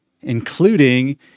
including